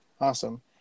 awesome